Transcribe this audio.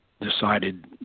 decided